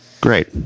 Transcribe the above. Great